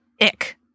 ick